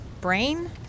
brain